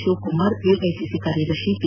Shivakumar AICC ಕಾರ್ಯದರ್ಶಿ P